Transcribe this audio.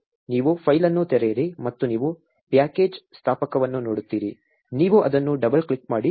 ನೀವು ಫೈಲ್ ಅನ್ನು ತೆರೆಯಿರಿ ಮತ್ತು ನೀವು ಪ್ಯಾಕೇಜ್ ಸ್ಥಾಪಕವನ್ನು ನೋಡುತ್ತೀರಿ ನೀವು ಅದನ್ನು ಡಬಲ್ ಕ್ಲಿಕ್ ಮಾಡಿ